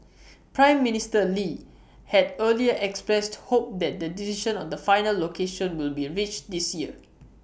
Prime Minister lee had earlier expressed hope that the decision on the final location will be reached this year